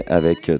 avec